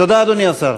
תודה, אדוני השר.